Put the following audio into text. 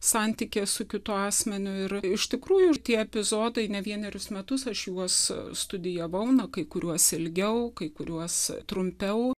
santykyje su kitu asmeniu ir iš tikrųjų tie epizodai ne vienerius metus aš juos studijavau na kai kuriuos ilgiau kai kuriuos trumpiau